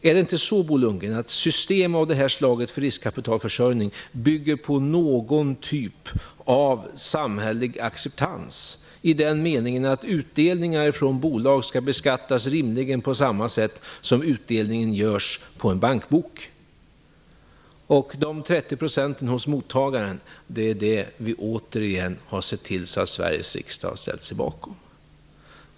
Är det inte så, Bo Lundgren, att det här slaget av system för riskkapitalförsörjning bygger på någon typ av samhällelig acceptans i den meningen att utdelningar från bolag rimligen skall beskattas på samma sätt som vid utdelning på en bankbok? De 30 procenten hos mottagaren är vad vi återigen har sett till att Sveriges riksdag har ställt sig bakom.